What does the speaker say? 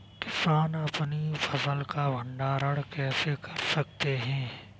किसान अपनी फसल का भंडारण कैसे कर सकते हैं?